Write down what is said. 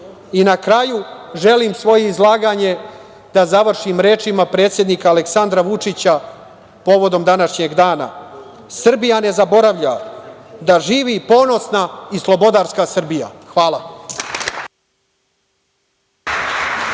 kraju, želim svoje izlaganje da završim rečima predsednika Aleksandra Vučića povodom današnjeg dana: „Srbija ne zaboravlja. Da živi ponosna i slobodarska Srbija“. Hvala.